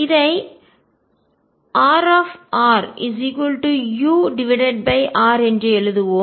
இதை Rrur என்று எழுதுவோம்